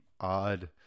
odd